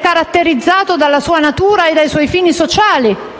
caratterizzato dalla sua natura e dai suoi fini sociali,